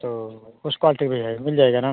तो उस क्वालिटी भी है मिल जाएगा न